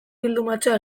bildumatxoa